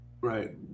Right